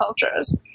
cultures